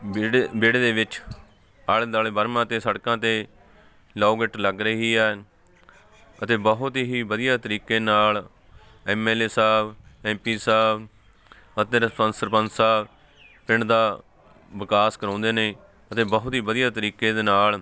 ਵੇੜੇ ਵਿਹੜੇ ਦੇ ਵਿੱਚ ਆਲੇ ਦੁਆਲੇ ਵਰਮਾ 'ਤੇ ਸੜਕਾਂ 'ਤੇ ਲੋਕ ਇੱਟ ਲੱਗ ਰਹੀ ਹੈ ਅਤੇ ਬਹੁਤ ਹੀ ਵਧੀਆ ਤਰੀਕੇ ਨਾਲ ਐਮ ਐਲ ਏ ਸਾਹਿਬ ਐਮ ਪੀ ਸਾਹਿਬ ਅਤੇ ਰਿਸਪੋਂਸ ਸਰਪੰਚ ਸਾਹਿਬ ਪਿੰਡ ਦਾ ਵਿਕਾਸ ਕਰਵਾਉਂਦੇ ਨੇ ਅਤੇ ਬਹੁਤ ਹੀ ਵਧੀਆ ਤਰੀਕੇ ਦੇ ਨਾਲ